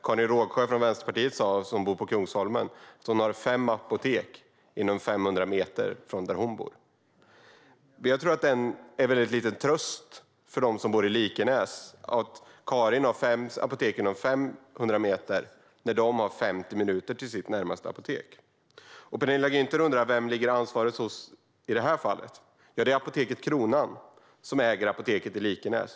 Karin Rågsjö från Vänsterpartiet, som bor på Kungsholmen, sa att hon har fem apotek inom 500 meter från där hon bor. Jag tror att det är en väldigt liten tröst för dem som bor i Likenäs att Karin har fem apotek inom 500 meter när de har 50 minuter till sitt närmaste apotek. Penilla Gunther undrar: Vem ligger ansvaret hos i detta fall? Ja, det Kronans Apotek som äger apoteket i Likenäs.